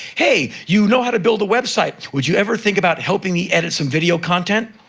hey! you know how to build a website. would you ever think about helping me edit some video content?